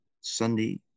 sunday